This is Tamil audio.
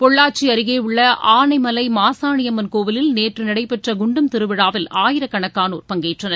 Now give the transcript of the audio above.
பொள்ளாச்சி அருகே உள்ள ஆனைமலை மாசாணியம்மன் கோயிலில் நேற்று நடைபெற்ற குண்டம் திருவிழாவில் ஆயிரக்கணக்கானோர் பங்கேற்றனர்